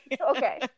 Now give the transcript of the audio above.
Okay